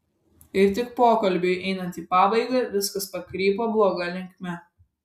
ir tik pokalbiui einant į pabaigą viskas pakrypo bloga linkme